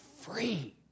free